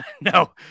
No